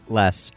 less